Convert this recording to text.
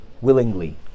willingly